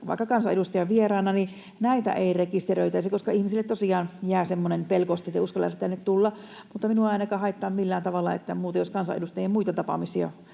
vaikka kansanedustajan vieraana, niin näitä ei rekisteröitäisi, koska ihmisille tosiaan jää semmoinen pelko, etteivät edes uskalla tänne tulla. Minua ei ainakaan haittaa millään tavalla, jos kansanedustajan muita tapaamisia